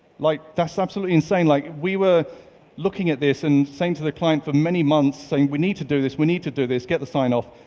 like that's absolutely insane. like we were looking at this and saying to the client for many months, saying we need to do this, we need to do this, get the sign off.